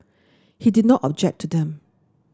he did not object to them